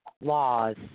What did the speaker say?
laws